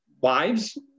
wives